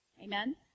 Amen